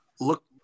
look